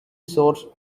source